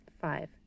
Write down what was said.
Five